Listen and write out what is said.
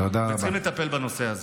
וצריכים לטפל בנושא הזה.